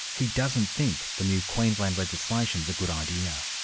he doesn't think the new queensland legislation is a good idea.